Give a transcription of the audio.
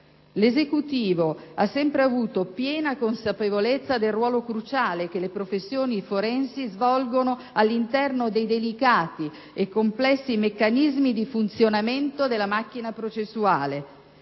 L'Esecutivo ha sempre avuto piena consapevolezza del ruolo cruciale che le professioni forensi svolgono all'interno dei delicati e complessi meccanismi di funzionamento della macchina processuale